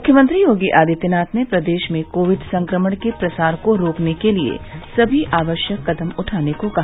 मुख्यमंत्री योगी आदित्यनाथ ने प्रदेश में कोविड संक्रमण के प्रसार को रोकने के लिए समी आवश्यक कदम उठाने को कहा